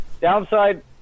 Downside